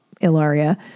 Ilaria